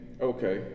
Okay